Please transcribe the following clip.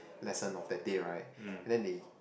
lesson of that day right and then they